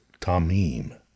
tamim